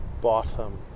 bottom